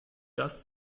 das